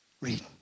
read